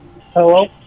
Hello